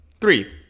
Three